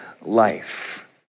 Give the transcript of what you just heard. life